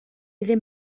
ddim